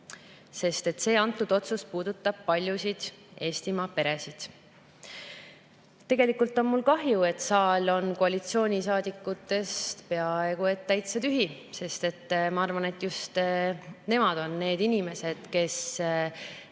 sest see otsus puudutab paljusid Eestimaa peresid. Tegelikult on mul kahju, et saal on koalitsioonisaadikutest peaaegu täitsa tühi. Ma arvan, et just nemad on need inimesed, kes